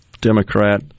Democrat